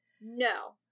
no